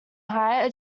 higher